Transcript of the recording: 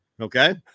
okay